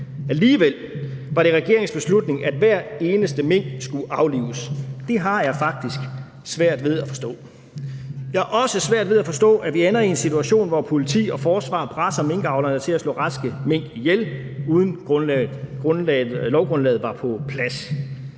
Alligevel var det regeringens beslutning, at hver eneste mink skulle aflives. Det har jeg faktisk svært ved at forstå. Jeg har også svært ved at forstå, at vi ender i en situation, hvor politi og forsvar presser minkavlerne til at slå raske mink ihjel, uden at lovgrundlaget er på plads.